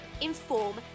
inform